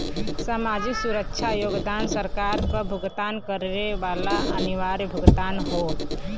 सामाजिक सुरक्षा योगदान सरकार क भुगतान करे वाला अनिवार्य भुगतान हौ